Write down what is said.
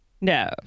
No